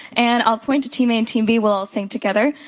and i'll point to team a and team b. we'll sing together,